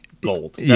gold